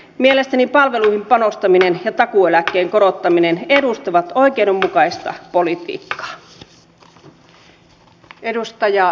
mielestäni palveluihin panostaminen ja takuueläkkeen korottaminen edustavat oikeudenmukaista politiikkaa